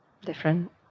Different